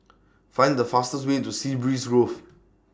Find The fastest Way to Sea Breeze Roof